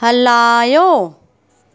हलायो